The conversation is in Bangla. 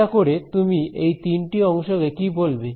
এটা করে তুমি এই তিনটি অংশকে কি বলবে